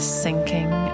sinking